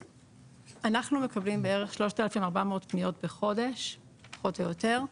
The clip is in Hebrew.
אנחנו מקבלים בערך 3,400 פניות בחודש פחות או יותר,